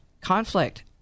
Conflict